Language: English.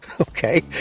Okay